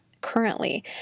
currently